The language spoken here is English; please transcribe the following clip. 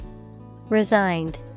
Resigned